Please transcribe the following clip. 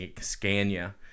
Scania